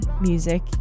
music